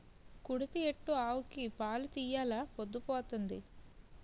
కుడితి ఎట్టు ఆవుకి పాలు తీయెలా పొద్దు పోతంది